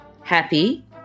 happy